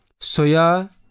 Soya